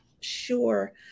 Sure